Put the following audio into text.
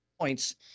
points